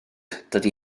dydy